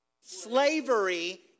slavery